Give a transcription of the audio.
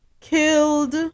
killed